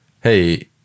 hey